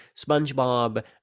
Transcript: SpongeBob